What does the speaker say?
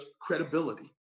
credibility